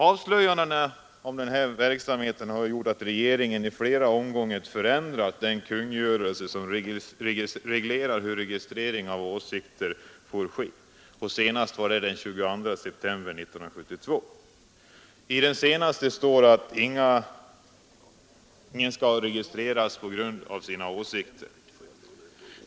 Avslöjandena om denna verksamhet har ju medfört att regeringen i flera omgångar ändrat den kungörelse som reglerar hur registreringen av åsikter får ske — senast den 22 september 1972. I den senaste lydelsen står det att ingen skall registreras på grund av sina åsikter.